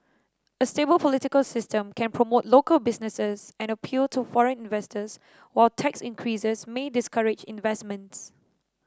a stable political system can promote local businesses and appeal to foreign investors while tax increases may discourage investments